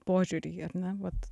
požiūry ar ne vat